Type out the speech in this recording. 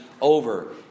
over